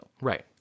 right